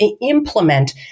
implement